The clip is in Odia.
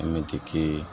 ଏମିତିକି